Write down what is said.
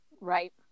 right